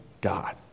God